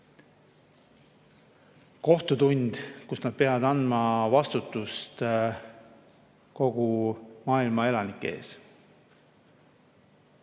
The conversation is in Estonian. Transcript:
kohtutund, kus nad peavad andma vastutust kogu maailma elanike ees.